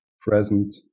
present